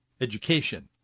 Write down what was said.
education